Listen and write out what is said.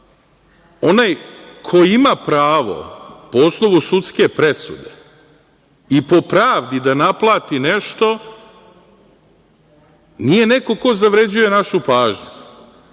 onaj ko ima pravo, po osnovu sudske presude i po pravdi da naplati nešto, nije neko ko zavređuje našu pažnju?